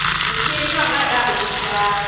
नै एसे एसे लांनो नागिरदां दिंखिया